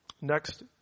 Next